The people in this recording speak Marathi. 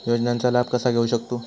योजनांचा लाभ कसा घेऊ शकतू?